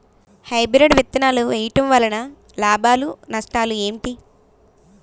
Hybrid విత్తనాలు వేయటం వలన లాభాలు నష్టాలు ఏంటి?